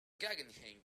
guggenheim